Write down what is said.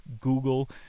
Google